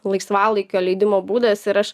laisvalaikio leidimo būdas ir aš